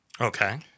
Okay